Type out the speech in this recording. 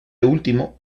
último